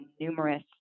numerous